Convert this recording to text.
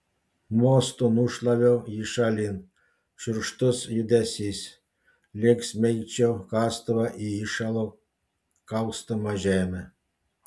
mostu nušlaviau jį šalin šiurkštus judesys lyg smeigčiau kastuvą į įšalo kaustomą žemę